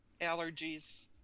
allergies